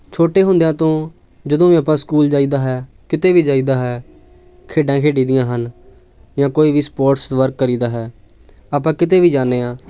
ਛੋਟੇ ਹੁੰਦਿਆਂ ਤੋਂ ਜਦੋਂ ਵੀ ਆਪਾਂ ਸਕੂਲ ਜਾਈਦਾ ਹੈ ਕਿਤੇ ਵੀ ਜਾਈਦਾ ਹੈ ਖੇਡਾਂ ਖੇਡੀ ਦੀਆਂ ਹਨ ਜਾਂ ਕੋਈ ਵੀ ਸਪੋਰਟਸ ਵਰਕ ਕਰੀਦਾ ਹੈ ਆਪਾਂ ਕਿਤੇ ਵੀ ਜਾਂਦੇ ਹਾਂ